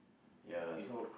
ya so